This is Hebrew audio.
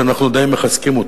שאנחנו די מחזקים אותו,